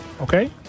Okay